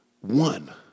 one